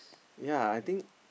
yea I think